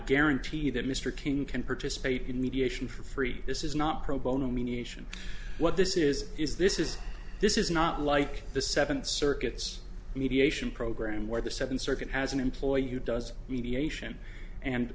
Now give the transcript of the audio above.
guarantee that mr king can participate in mediation for free this is not pro bono mediation what this is is this is this is not like the seven circuits mediation program where the second circuit has an employee who does mediation and